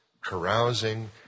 carousing